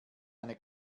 eine